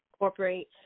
incorporate